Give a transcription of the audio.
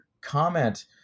comment